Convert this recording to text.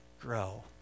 Grow